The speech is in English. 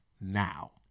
now